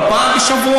לא, לא, פעם בשבוע.